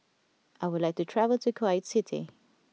I would like to travel to Kuwait City